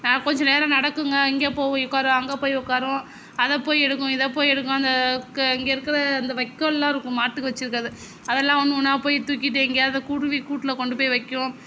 கொஞ்சம் நேரம் நடக்குங்க இங்கே போய் உக்காரும் அங்கே போய் உக்காரும் அதை போய் எடுக்கும் இதை போய் எடுக்கும் அந்த இங்கே இருக்கிற அந்த வைக்கோல்லாம் இருக்கும் மாட்டுக்கு வச்சிருக்கிறது அதை எல்லாம் ஒன்று ஒன்றா போய் தூக்கிட்டு எங்கேயாவது குருவி கூட்டில் கொண்டு போய் வைக்கும்